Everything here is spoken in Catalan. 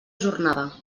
jornada